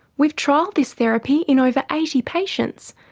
we've trialled this therapy in over eighty patients,